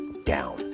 down